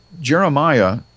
Jeremiah